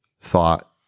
thought